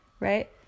Right